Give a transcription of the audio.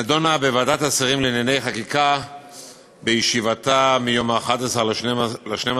נדונה בוועדת השרים לענייני חקיקה בישיבתה ביום 11 בדצמבר